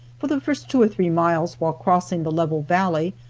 for the first two or three miles, while crossing the level valley,